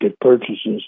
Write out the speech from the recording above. purchases